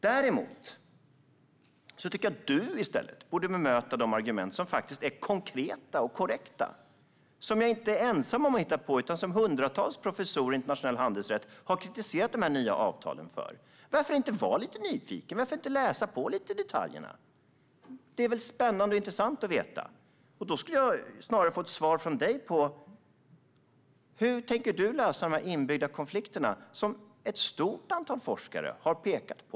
Däremot tycker jag att du i stället borde bemöta de argument som faktiskt är konkreta och korrekta och som jag inte är ensam om. Hundratals professorer i internationell handelsrätt har kritiserat de nya avtalen. Varför inte vara lite nyfiken? Varför inte läsa på detaljerna lite? Det är väl spännande och intressant att veta? Jag skulle snarare vilja ha ett svar från dig: Hur tänker du lösa de inbyggda konflikter som ett stort antal forskare har pekat på?